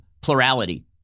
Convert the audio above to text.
plurality